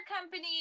company